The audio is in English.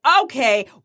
okay